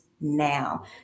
now